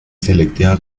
selectiva